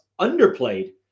underplayed